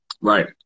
Right